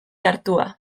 hartua